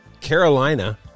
Carolina